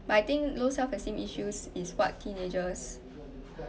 but I think low self esteem issues is what teenagers